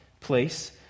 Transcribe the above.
place